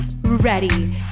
ready